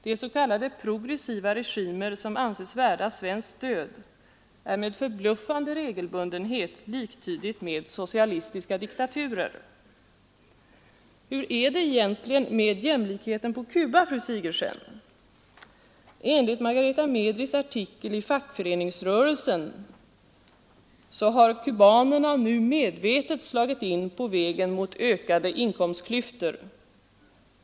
De s.k. progressiva regimer som anses värda svenskt stöd är med förbluffande regelbundenhet liktydiga med socialistiska diktaturer. Hur är det egentligen med jämlikheten på Cuba, fru Sigurdsen? Enligt Margareta Medris artikel i tidskriften Fackföreningsrörelsen har kubanerna nu medvetet slagit in på vägen mot ökade inkomstklyftor.